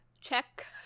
check